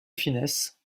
finesse